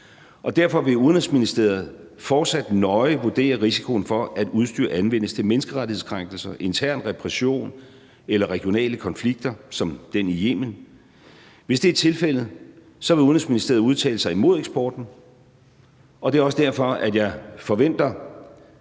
Derfor vil Udenrigsministeriet fortsat nøje vurdere risikoen for, at udstyret anvendes til menneskerettighedskrænkelser, intern repression eller regionale konflikter som den i Yemen. Hvis det er tilfældet, vil Udenrigsministeriet udtale sig imod eksporten. Det er også derfor, jeg ikke forventer